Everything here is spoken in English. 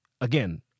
Again